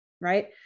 right